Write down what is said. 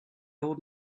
old